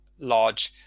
large